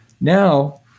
Now